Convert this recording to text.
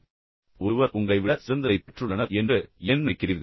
எவரோ ஒருவர் உங்களை விட சிறந்த ஒன்றைப் பெற்றுள்ளனர் என்று நீங்கள் ஏன் நினைக்கிறீர்கள்